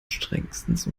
strengstens